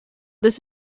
this